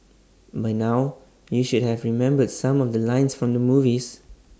by now you should have remembered some of the lines from the movies